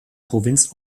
provinz